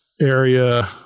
area